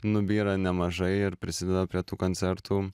nubyra nemažai ir prisideda prie tų koncertų